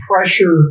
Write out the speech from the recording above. pressure